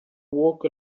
walk